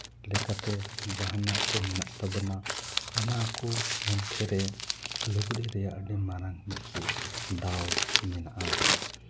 ᱞᱮᱠᱟᱛᱮ ᱡᱟᱦᱟᱱᱟᱜ ᱠᱚ ᱢᱮᱱᱟᱜ ᱛᱟᱵᱚᱱᱟ ᱚᱱᱟ ᱠᱚ ᱢᱚᱫᱽᱫᱷᱮᱨᱮ ᱞᱩᱜᱽᱲᱤᱡ ᱨᱮᱭᱟᱜ ᱟᱹᱰᱤ ᱢᱟᱨᱟᱝ ᱢᱤᱫᱴᱤᱡ ᱫᱟᱣ ᱢᱮᱱᱟᱜᱼᱟ